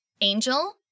Angel